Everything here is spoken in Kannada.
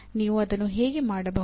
ನೀವು ಅದನ್ನು ಹೇಗೆ ಮಾಡಬಹುದು